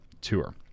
tour